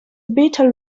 vital